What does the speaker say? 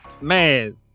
man